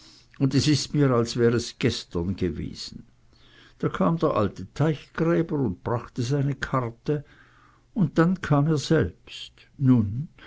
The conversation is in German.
und es ist mir als wär es gestern gewesen da kam der alte teichgräber und brachte seine karte und dann kam er selbst nun